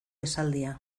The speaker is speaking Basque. esaldia